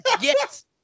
Yes